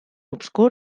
obscur